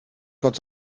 gott